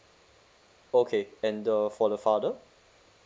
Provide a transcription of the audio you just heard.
okay and the for the father